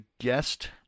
guest